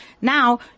Now